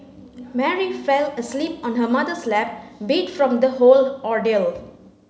Mary fell asleep on her mother's lap beat from the whole ordeal